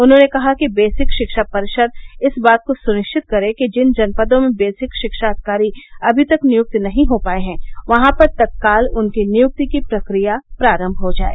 उन्होंने कहा कि बेसिक शिक्षा परिषद इस बात को सुनिश्चित करें कि जिन जनपदों में बेसिक शिक्षा अधिकारी अभी तक नियुक्त नहीं हो पाए हैं वहां पर तत्काल उनकी नियुक्ति की प्रक्रिया प्रारंभ हो जाए